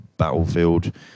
battlefield